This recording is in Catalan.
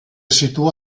situa